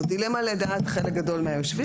זאת דילמה לדעת חלק גדול מהיושבים.